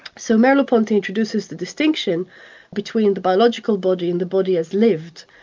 so merleau-ponty introduces the distinction between the biological body and the body as lived,